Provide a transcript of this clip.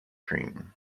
cream